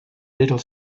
little